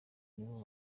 nibo